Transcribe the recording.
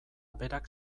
berak